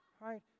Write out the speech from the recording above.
right